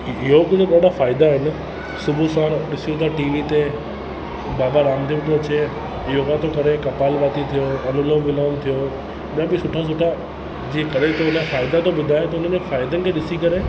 योग जा ॾाढा फ़ाइदा आहिनि सुबूह साणु ॾिसूं था टी वी ते बाबा रामदेव थो अचे योगा थो करे कपालभाती थियो अनुलोम विलोम थियो ॿिया बि सुठा सुठा जीअं करे थो उन जा फ़ाइदा थो ॿुधाए त उन्हनि फ़ाइदनि खे ॾिसी करे